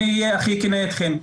ואהיה הכי כן אתכם,